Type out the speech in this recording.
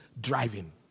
driving